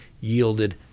yielded